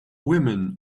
women